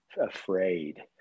afraid